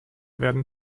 werden